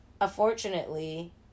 unfortunately